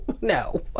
no